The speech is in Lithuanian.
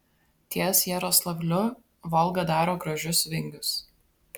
ties jaroslavliu volga daro gražius vingius